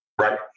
right